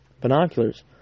binoculars